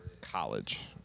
college